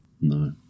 No